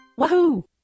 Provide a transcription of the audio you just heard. Wahoo